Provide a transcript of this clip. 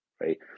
Right